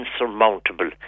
insurmountable